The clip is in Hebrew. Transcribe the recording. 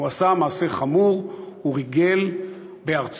הוא עשה מעשה חמור, הוא ריגל בארצו